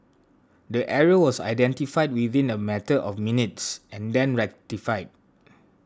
the error was identified within a matter of minutes and then rectified